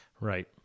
Right